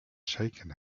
shaken